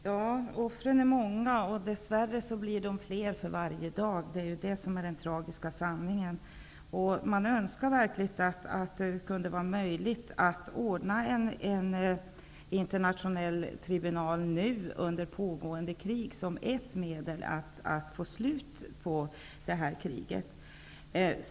Herr talman! Offren är många, och dess värre blir de fler för varje dag. Det är den tragiska sanningen. Man önskar verkligen att det kan vara möjligt att ordna en internationell tribunal nu under pågående krig som ett medel för att få slut på kriget.